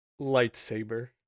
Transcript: Lightsaber